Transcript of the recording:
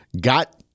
got